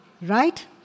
right